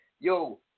Yo